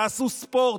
תעשו ספורט,